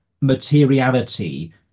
materiality